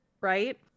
right